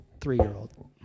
three-year-old